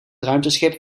ruimteschip